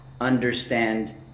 understand